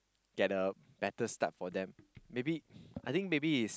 get a better start for them maybe I think maybe it's